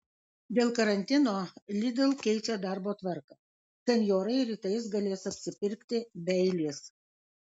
dėl karantino lidl keičia darbo tvarką senjorai rytais galės apsipirkti be eilės